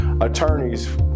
attorneys